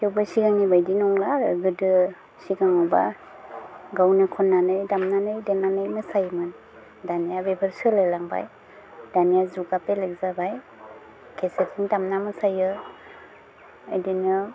थेवबो सिगांनि बायदि नंला आरो गोदो सिगाङावबा गावनो खन्नानै दामनानै देनानै मोसायोमोन दालिया बेफोर सोलायलांबाय दानिया जुगा बेलेक जाबाय केसेटजों दामना मोसायो बिदिनो